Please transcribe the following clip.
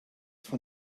von